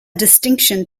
distinction